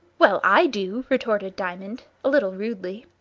well, i do, retorted diamond, a little rudely.